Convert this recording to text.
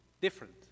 different